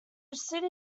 city